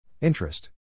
Interest